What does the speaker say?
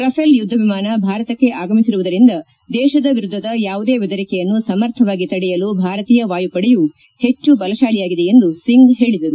Rafale ಯುದ್ಧ ವಿಮಾನ ಭಾರತಕ್ಕೆ ಆಗಮಿಸಿರುವುದರಿಂದ ದೇಶದ ವಿರುದ್ಧದ ಯಾವುದೇ ಬೆದರಿಕೆಯನ್ನು ಸಮರ್ಥವಾಗಿ ತಡೆಯಲು ಭಾರತೀಯ ವಾಯುಪಡೆಯು ಪೆಚ್ಚು ಬಲಶಾಲಿಯಾಗಿದೆ ಎಂದು ಸಿಂಗ್ ಹೇಳಿದರು